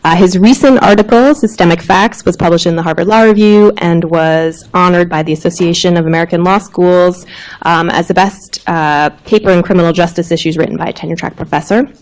ah his recent article, systemic facts, was published in the harvard law review, and was honored by the association of american law schools as the best paper on criminal justice issues written by a tenure track professor.